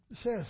says